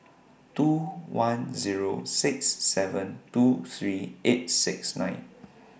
two one Zero six seven two three eight six nine